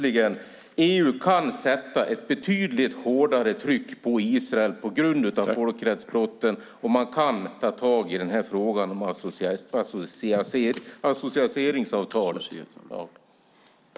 EU kan sätta ett betydligt hårdare tryck på Israel när det gäller folkrättsbrotten. Man kan ta tag i den här frågan om associeringsavtalet.